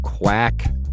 Quack